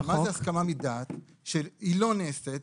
יפה, אבל מה זה הסכמה מדעת שלא נעשית?